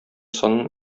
санын